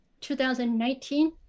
2019